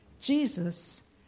Jesus